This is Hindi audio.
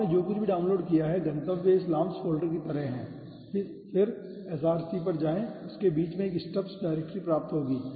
आपने जो कुछ भी डाउनलोड किया है गंतव्य इस LAMMPS फ़ोल्डर की तरह है फिर src पर जाएं उसके बीच में एक STUBS डायरेक्टरी प्राप्त होगी